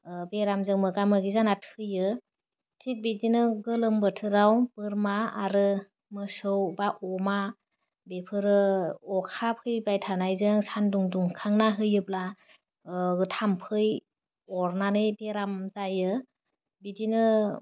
ओह बेरामजों मोगा मोगि जाना थैयो थिग बिदिनो गोलोम बोथोराव बोरमा आरो मोसौ बा अमा बेफोरो अखा फैबाय थानायजों सान्दुं दुंखांना होयोब्ला ओह थाम्फै अरनानै बेराम जायो बिदिनो